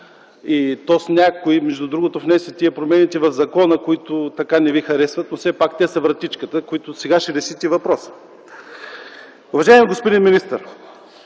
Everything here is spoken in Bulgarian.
между другото, внесе промените в закона, които така не Ви харесват. Но все пак те са вратичката, чрез която сега ще решите въпроса. Уважаеми господин министър,